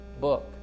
book